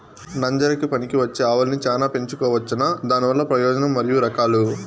నంజరకి పనికివచ్చే ఆవులని చానా పెంచుకోవచ్చునా? దానివల్ల ప్రయోజనం మరియు రకాలు?